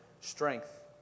strength